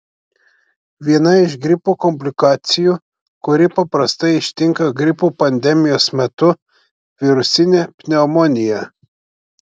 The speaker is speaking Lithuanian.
viena iš gripo komplikacijų kuri paprastai ištinka gripo pandemijos metu virusinė pneumonija